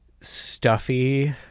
stuffy